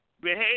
behave